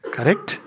Correct